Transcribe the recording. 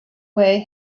way